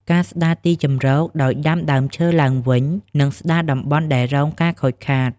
ការស្តារទីជម្រកដោយ ដាំដើមឈើឡើងវិញ និងស្តារតំបន់ដែលរងការខូចខាត។